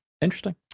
interesting